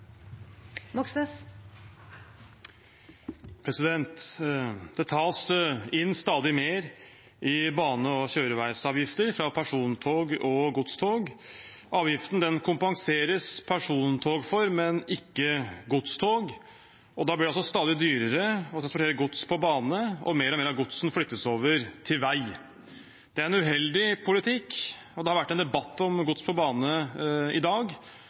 støtte. Det tas inn stadig mer i bane- og kjøreveisavgifter fra persontog og godstog. Avgiften kompenseres persontog for, men ikke godstog. Da blir det stadig dyrere å transportere gods på bane, og mer og mer av godset flyttes over til vei. Det er en uheldig politikk. Det har vært en debatt om gods på bane i dag.